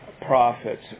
prophets